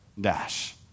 dash